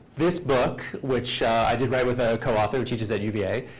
this book, which i did write with a co-author who teaches at uva,